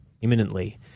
imminently